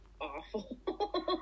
awful